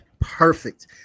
perfect